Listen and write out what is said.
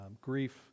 grief